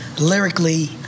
lyrically